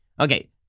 Okay